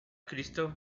cristo